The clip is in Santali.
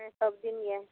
ᱦᱮᱸ ᱥᱚᱵ ᱫᱤᱱ ᱜᱮ